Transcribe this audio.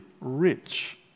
rich